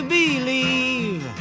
believe